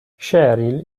cheryl